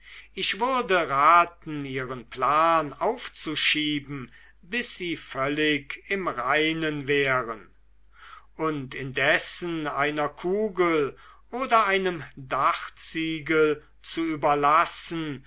ich würde raten ihren plan aufzuschieben bis sie völlig im reinen wären und indessen einer kugel oder einem dachziegel zu überlassen